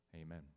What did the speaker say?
Amen